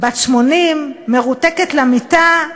בת 80, מרותקת למיטה.